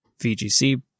VGC